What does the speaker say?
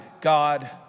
God